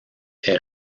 est